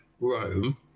Rome